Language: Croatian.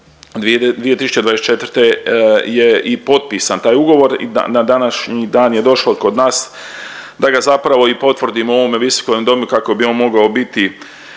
2024. je i potpisan taj ugovor i na današnji dan je došlo kod nas da ga zapravo i potvrdimo u ovom visokome domu kako bi on mogao biti